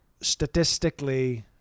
statistically